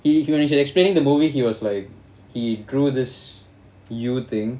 h~ wh~ when he explain the movie he was like he drew this U thing